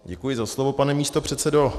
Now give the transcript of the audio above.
Děkuji za slovo, pane místopředsedo.